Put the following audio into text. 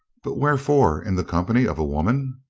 but wherefore in the company of a woman?